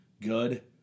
good